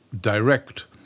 direct